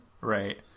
Right